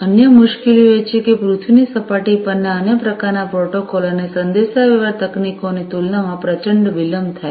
અન્ય મુશ્કેલીઓ એ છે કે પૃથ્વીની સપાટી પરના અન્ય પ્રકારનાં પ્રોટોકોલો અને સંદેશાવ્યવહાર તકનીકોની તુલનામાં પ્રચંડ વિલંબ થાય છે